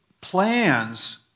plans